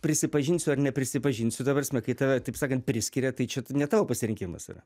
prisipažinsiu ar neprisipažinsiu ta prasme kai tave taip sakan priskiria tai čia ne tavo pasirinkimas yra